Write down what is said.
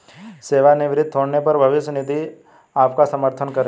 सेवानिवृत्त होने पर भविष्य निधि आपका समर्थन करेगी